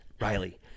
Riley